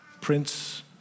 Prince